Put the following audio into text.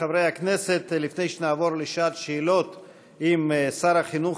חברי הכנסת, לפני שנעבור לשעת שאלות עם שר החינוך